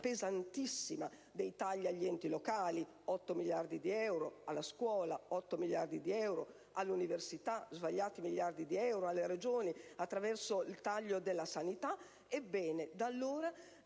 pesantissima dei tagli agli enti locali (8 miliardi di euro), alla scuola (8 miliardi di euro), all'università (svariati miliardi di euro), alle Regioni, attraverso il taglio alla sanità, ebbene da allora